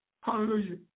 hallelujah